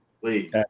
please